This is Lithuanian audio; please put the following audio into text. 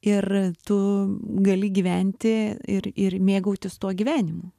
ir tu gali gyventi ir ir mėgautis tuo gyvenimu